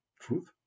truth